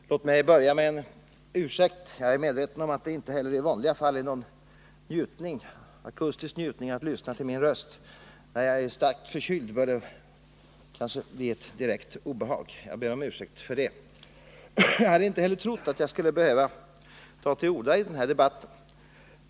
Herr talman! Låt mig börja med att framföra en ursäkt. Jag är medveten Ansvar för funkom att det inte heller i vanliga fall är någon akustisk njutning att lyssna till min röst. Nu, när jag är kraftigt förkyld, är det kanske direkt obehagligt. Jag hade inte trott att jag skulle behöva ta till orda i den här debatten.